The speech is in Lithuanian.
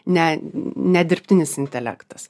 ne ne dirbtinis intelektas